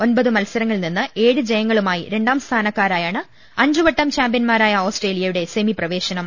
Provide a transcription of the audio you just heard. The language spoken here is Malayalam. ഒമ്പത് മത്സരങ്ങളിൽ നിന്ന് ഏഴു ജയങ്ങളുമായി രണ്ടാം സ്ഥാനക്കാരായാണ് അഞ്ചു വട്ടം ചാംപ്യൻമാരായ ഓസ്ട്രേലിയയുടെ സെമി പ്രവേശനം